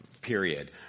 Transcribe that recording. period